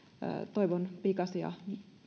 toivon pikaisia